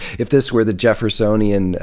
if this were the jeffersonian